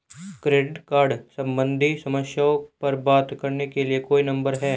Credit card सम्बंधित समस्याओं पर बात करने के लिए कोई नंबर है?